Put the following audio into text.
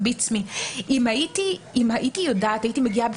אם הייתי יודעת שדבר כזה קיים,